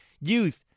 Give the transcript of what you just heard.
youth